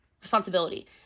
Responsibility